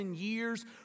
years